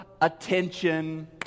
attention